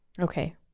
Okay